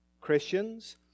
Christians